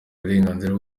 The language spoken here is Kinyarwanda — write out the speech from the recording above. uburenganzira